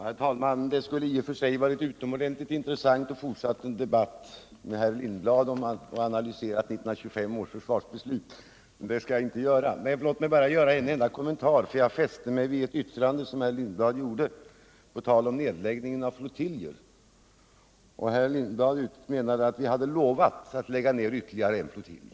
Herr talman! Det skulle i och för sig vara utomordentligt intressant att ta upp en debatt med herr Lindblad och fortsätta att analysera 1925 års försvarsbeslut. Men det skall jag inte göra. Låt mig bara göra en enda kommentar. Jag fäste mig vid ett yttrande som herr Lindblad gjorde på tal om nedläggningen av flottiljer. Herr Lindblad menade att vi hade lovat att lägga ned ytterligare en flottilj.